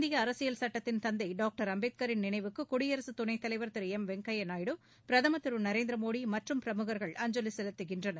இந்திய அரசியல் சுட்டத்தின் தந்தை டாக்டர் அம்பேத்கரின் நினைவுக்கு குடியரசுத் துணைத் தலைவர் திரு எம் வெங்கையா நாயுடு பிரதமர் திரு நரேந்திர மோடி மற்றம் பிரமுகர்கள் அஞ்சலி செலுத்துகின்றனர்